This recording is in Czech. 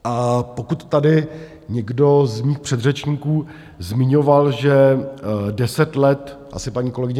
A pokud tady někdo z mých předřečníků zmiňoval, že deset let asi paní kolegyně